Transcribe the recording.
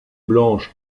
blanche